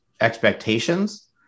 expectations